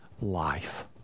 life